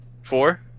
Four